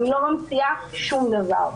אני לא ממציאה שום דבר.